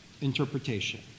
interpretation